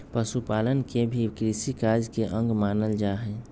पशुपालन के भी कृषिकार्य के अंग मानल जा हई